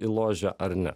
į ložę ar ne